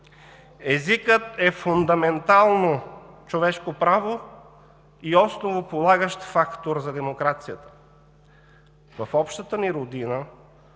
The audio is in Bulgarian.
езикът е фундаментално човешко право и основополагащ фактор за демокрацията. В общата ни родина